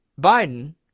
Biden